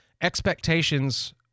expectations